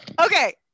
Okay